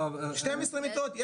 12 מיטות,